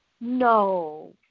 no